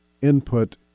input